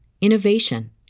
innovation